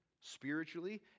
spiritually